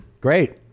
Great